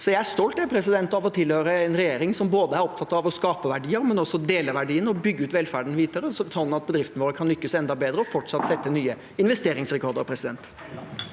Jeg er stolt av å tilhøre en regjering som er opptatt av å skape verdier, men også av å dele verdiene og bygge ut velferden videre, slik at bedriftene våre kan lykkes enda bedre og fortsatt sette nye investeringsrekorder. Linda